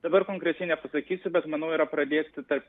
dabar konkrečiai nepasakysiu bet manau ir pradėstyta